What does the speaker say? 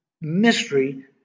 mystery